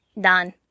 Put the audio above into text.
Done